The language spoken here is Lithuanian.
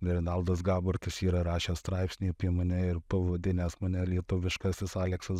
renaldas gabartas yra rašęs straipsnį apie mane ir pavadinęs mane lietuviškasis aleksas